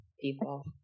people